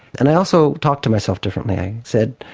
and i also talked to myself differently. i said